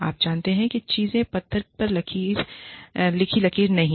आप जानते हैं कि ये चीजें पत्थर पर लिखी लकीर नहीं हैं